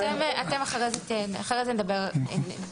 אתם אחרי זה, נדבר גם.